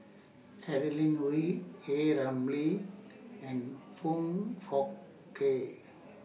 Adeline Ooi A Ramli and Foong Fook Kay